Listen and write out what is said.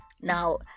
now